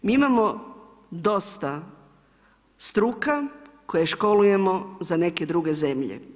Mi imamo dosta struka koje školujemo za neke druge zemlje.